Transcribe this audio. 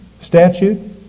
statute